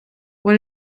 what